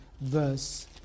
verse